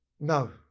No